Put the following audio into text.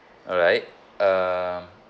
alright um